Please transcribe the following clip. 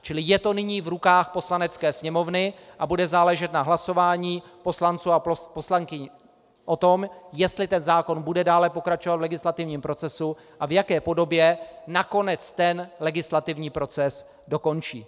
Čili je to nyní v rukách Poslanecké sněmovny a bude záležet na hlasování poslanců a poslankyň o tom, jestli ten zákon bude dále pokračovat v legislativním procesu a v jaké podobě nakonec ten legislativní proces dokončí.